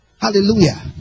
Hallelujah